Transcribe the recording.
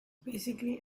basically